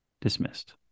dismissed